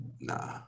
nah